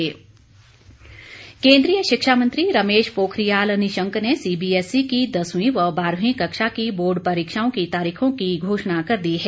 CBSE केन्द्रीय शिक्षा मंत्री रमेश पोखरियाल निशंक ने सीबीएसई की दसवीं व बारहवीं कक्षा की बोर्ड परीक्षाओं की तारीखों की घोषणा कर दी है